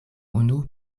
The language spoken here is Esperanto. unu